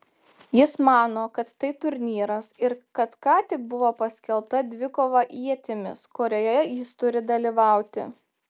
jis mano kad tai turnyras ir kad ką tik buvo paskelbta dvikova ietimis kurioje jis turi dalyvauti